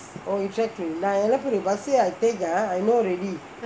oh you track lah bus uh I take ah know already